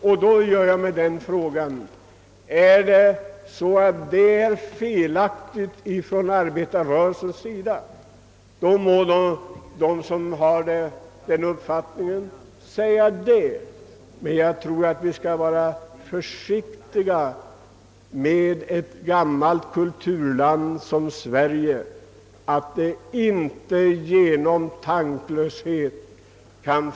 Och om det är felaktigt av arbetarrörelsen att sträva för det, så må de som har den uppfattningen säga ifrån. Men vi skall nog vara försiktiga, så att inte det gamla kulturlandet Sverige genom tanklöshet får en lyxig sida utåt och fattigdom inåt. Som tiden nu var långt framskriden och många talare anmält sig för yttrandes avgivande, beslöt kammaren på förslag av herr talmannen att uppskjuta den fortsatta överläggningen till kl.